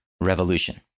revolution